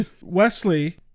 Wesley